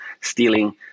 stealing